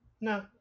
No